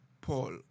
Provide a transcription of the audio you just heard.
Paul